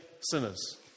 sinners